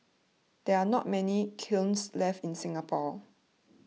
there are not many kilns left in Singapore